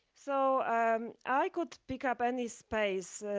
so i could pick up any space,